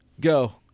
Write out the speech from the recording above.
go